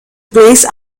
place